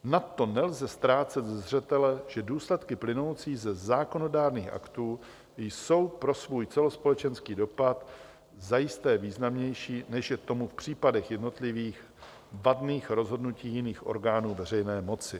Nadto nelze ztrácet ze zřetele, že důsledky plynoucí ze zákonodárných aktů jsou pro svůj celospolečenský dopad zajisté významnější, než je tomu v případech jednotlivých vadných rozhodnutí jiných orgánů veřejné moci.